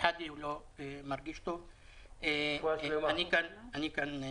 שחאדה הוא לא מרגיש טוב ואני כאן גם